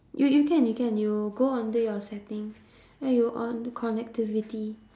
y~ you can you can you go under your settings then you on connectivity